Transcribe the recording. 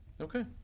okay